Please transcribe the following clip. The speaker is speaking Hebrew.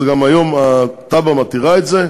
וגם היום התב"ע מתירה את זה,